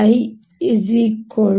I J